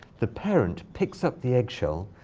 the parent picks up the egg shell,